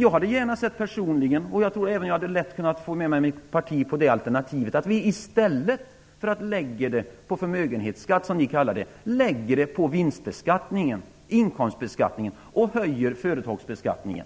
Jag hade gärna personligen sett - och jag tror även att jag lätt hade kunnat få med mig mitt parti på det alternativet - att vi i stället för att lägga det på förmögenhetsskatt, som ni kallar det, hade lagt det på vinststbeskattningen och därmed höjt företagsbeskattningen.